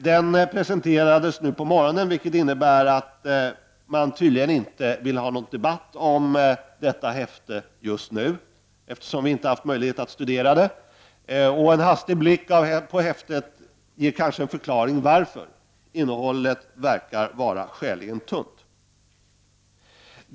Denna presenterades alltså på morgonen i dag. Tydligen vill man inte ha någon debatt om detta häfte just nu — vi har ju inte haft möjlighet att studera det. En hastig blick på häftet ger kanske en förklaring till varför innehållet verkar skäligen tunt.